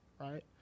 right